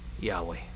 Yahweh